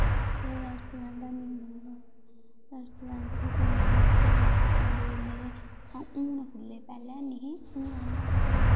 ओह् रैस्टोरैंट ऐनी जंदे रैस्टोरैंट बी खुल्ले दे उत्थें रैस्टोरैंट बी खु'ल्ले दे हून खुल्ले पैह्लें हैनी ही हून खुल्ले